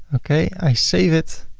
okay. i save it